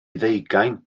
ddeugain